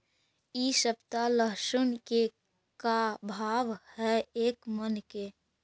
इ सप्ताह लहसुन के का भाव है एक मन के?